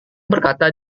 berkata